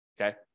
okay